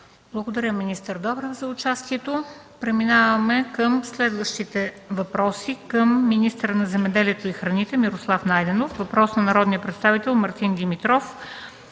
участието, министър Добрев. Преминаваме към следващите въпроси към министъра на земеделието и храните Мирослав Найденов. Въпрос от народния представител Мартин Димитров